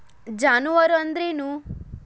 ಜಾನುವಾರು ಅಂದ್ರೇನು?